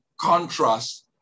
Contrast